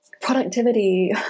productivity